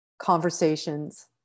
conversations